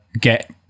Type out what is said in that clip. get